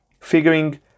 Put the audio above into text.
figuring